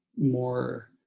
more